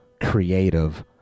creative